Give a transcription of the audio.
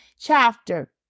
chapter